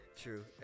true